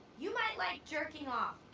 you might like jerking off.